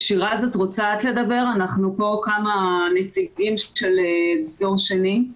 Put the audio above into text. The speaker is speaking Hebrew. אנחנו פה כמה נציגים של דור שני.